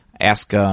ask –